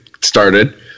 started